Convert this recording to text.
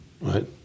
right